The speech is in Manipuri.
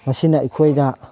ꯃꯁꯤꯅ ꯑꯩꯈꯣꯏꯗ